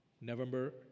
November